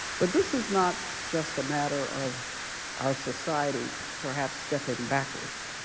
but this is not just a matter of our society perhaps stepping backwards.